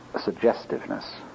suggestiveness